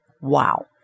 Wow